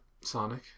Sonic